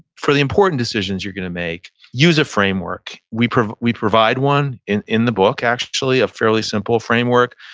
for the important decisions you're going to make, use a framework. we provide we provide one in in the book, actually a fairly simple framework.